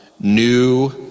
new